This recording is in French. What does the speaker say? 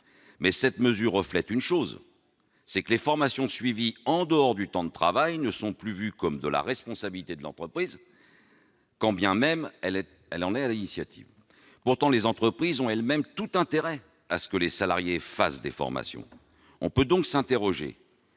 dit, cette mesure reflète une chose : les formations suivies en dehors du temps de travail ne sont plus considérées comme étant de la responsabilité de l'entreprise, quand bien même cette dernière en serait à l'initiative. Pourtant, les entreprises ont elles-mêmes tout intérêt à ce que les salariés suivent des formations. On peut donc s'interroger